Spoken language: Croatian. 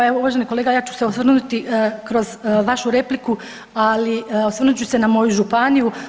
Pa evo uvaženi kolega ja ću se osvrnuti kroz vašu repliku, ali osvrnut ću se na moju županiju.